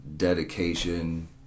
Dedication